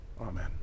Amen